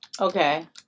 Okay